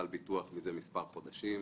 ביטוח מזה מספר חודשים.